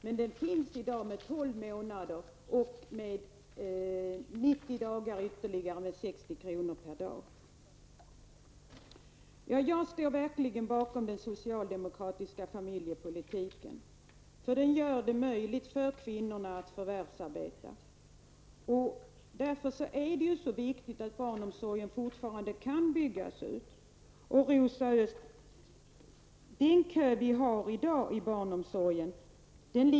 Men det finns i dag en utbyggd föräldraförsäkring under 12 Jag står verkligen bakom den socialdemokratiska familjepolitiken, eftersom den gör det möjligt för kvinnorna att förvärsarbeta. Därför är det så viktigt att barnomsorgen fortfarande kan byggas ut.